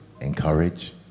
encourage